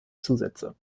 zusätze